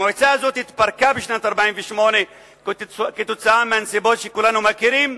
המועצה הזאת התפרקה בשנת 1948 כתוצאה מהנסיבות שכולנו מכירים,